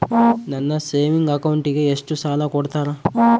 ನನ್ನ ಸೇವಿಂಗ್ ಅಕೌಂಟಿಗೆ ಎಷ್ಟು ಸಾಲ ಕೊಡ್ತಾರ?